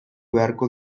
beharko